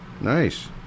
Nice